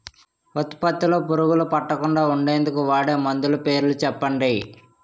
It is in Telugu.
ఉత్పత్తి లొ పురుగులు పట్టకుండా ఉండేందుకు వాడే మందులు పేర్లు చెప్పండీ?